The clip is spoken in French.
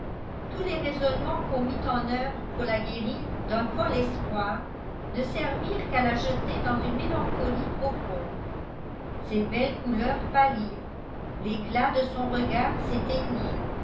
tous les raisonnements qu'on mit en oeuvre pour la guérir d'un fol espoir ne servirent qu'à la jeter dans une mélancolie profonde ses belles couleurs pâlirent l'éclat de son regard